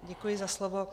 Děkuji za slovo.